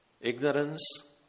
Ignorance